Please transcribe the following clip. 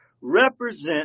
represent